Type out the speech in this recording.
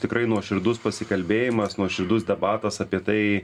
tikrai nuoširdus pasikalbėjimas nuoširdus debatas apie tai